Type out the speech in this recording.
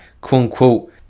quote-unquote